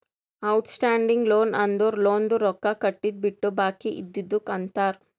out standing loan ಅಂದುರ್ ಲೋನ್ದು ರೊಕ್ಕಾ ಕಟ್ಟಿದು ಬಿಟ್ಟು ಬಾಕಿ ಇದ್ದಿದುಕ್ ಅಂತಾರ್